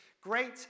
great